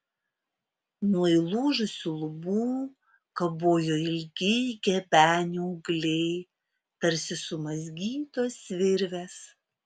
nuo įlūžusių lubų kabojo ilgi gebenių ūgliai tarsi sumazgytos virvės